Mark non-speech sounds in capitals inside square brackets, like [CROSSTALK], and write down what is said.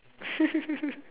[LAUGHS]